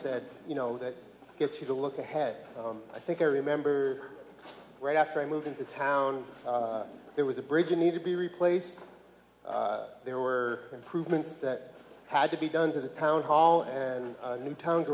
said you know that gets you to look ahead i think i remember right after i moved into town there was a bridge a need to be replaced there were improvements that had to be done to the town hall and new town